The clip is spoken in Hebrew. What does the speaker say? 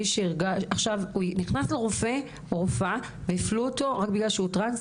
אם מישהו נכנס לרופא או רופאה והפלו אותו רק בגלל שהוא נכנס,